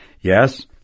Yes